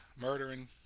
Murdering